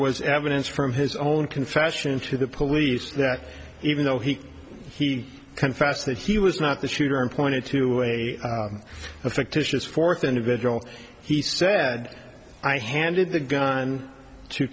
was evidence from his own confession to the police that even though he he confessed that he was not the shooter and pointed to a fictitious fourth individual he said i handed the gun t